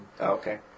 Okay